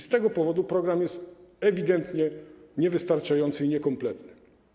Z tego powodu program jest ewidentnie niewystarczający i niekompletny.